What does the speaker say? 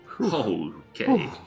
okay